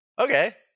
Okay